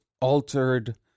altered